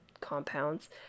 compounds